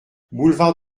boulevard